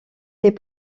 les